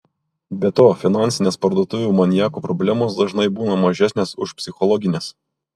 be to finansinės parduotuvių maniakų problemos dažnai būna mažesnės už psichologines